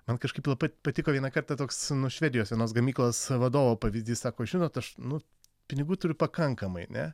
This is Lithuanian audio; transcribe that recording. man kažkaip labai patiko vieną kartą toks švedijos vienos gamyklos vadovo pavyzdys sako žinot aš nu pinigų turiu pakankamai ne